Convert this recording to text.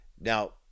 Now